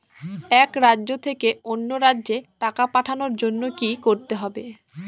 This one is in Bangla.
এক রাজ্য থেকে অন্য রাজ্যে টাকা পাঠানোর জন্য কী করতে হবে?